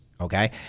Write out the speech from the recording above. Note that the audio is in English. Okay